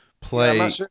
play